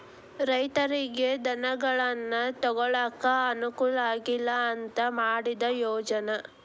ರೈತರಿಗೆ ಧನಗಳನ್ನಾ ತೊಗೊಳಾಕ ಅನಕೂಲ ಆಗ್ಲಿ ಅಂತಾ ಮಾಡಿದ ಯೋಜ್ನಾ